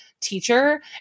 teacher